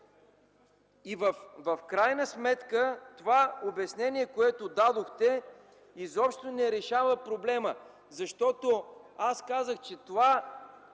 В крайна сметка това обяснение, което дадохте, изобщо не решава проблема, защото казах, че това